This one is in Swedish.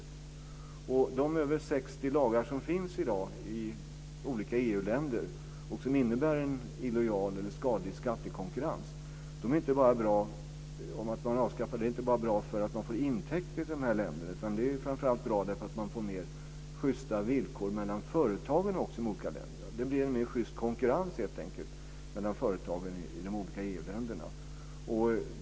Om man avskaffar de över 60 lagar som finns i dag i olika EU-länder som innebär en illojal eller skadlig skattekonkurrens är det inte bara bra för att man får intäkter till länderna. Det är framför allt bra för att man får mer justa villkor mellan företagen i de olika länderna. Det blir helt enkelt en mer just konkurrens mellan företagen i de olika EU-länderna.